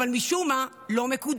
אבל משום מה הוא לא מקודם,